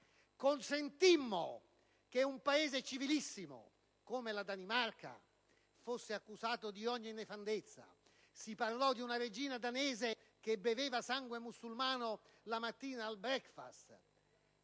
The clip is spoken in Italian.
Consentimmo che un Paese civilissimo come la Danimarca fosse accusato di ogni nefandezza: si parlò di una regina danese che beveva sangue musulmano la mattina al *breakfast*,